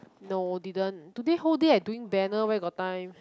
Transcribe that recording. no didn't today whole day I'm doing banner where got time